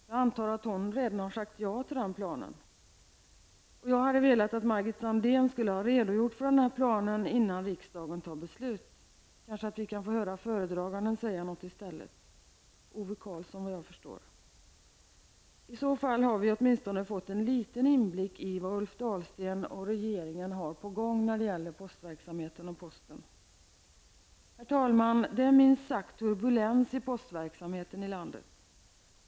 Jag antar att hon redan har sagt jag till den planen. Jag hade önskat att Margit Sandéhn hade redogjort för planen innan riksdagen fattar beslut. Vi kanske får höra Ove Karlsson säga något om detta i stället. Då får vi åtminstone en liten inblick i vad Ulf Dahlsten och regeringen har på gång när det gäller posten och dess verksamhet. Det är minst sagt turbulens i postverksamheten i landet.